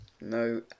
no